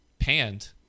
panned